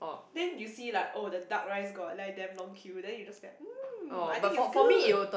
then you see like oh the duck rice got like damn long queue then you just be like !mm! I think it's good